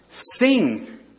sing